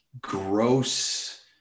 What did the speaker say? gross